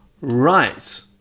Right